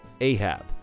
Ahab